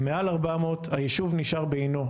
ומעל 400 היישוב נשאר בעינו,